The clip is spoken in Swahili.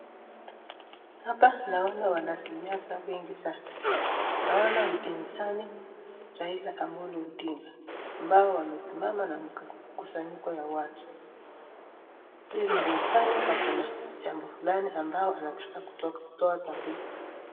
Hapa naona wanasiasa wengi sana. Naona mpinzani Raila Amollo Odinga ambao wamesimama na mkusanyiko ya watu. Huyu mpinzani akona jambo fulani ambao anataka kutoa taarifa.